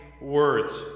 words